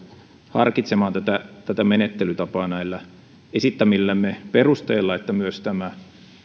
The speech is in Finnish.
harkitsemaan tätä tätä menettelytapaa näillä esittämillämme perusteilla että myös tämä